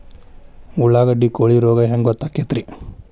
ಉಳ್ಳಾಗಡ್ಡಿ ಕೋಳಿ ರೋಗ ಹ್ಯಾಂಗ್ ಗೊತ್ತಕ್ಕೆತ್ರೇ?